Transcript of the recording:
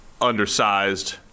undersized